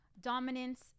Dominance